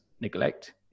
neglect